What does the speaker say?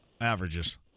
Averages